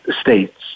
states